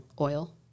oil